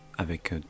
avec